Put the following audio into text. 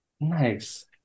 nice